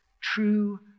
true